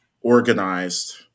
organized